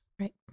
Right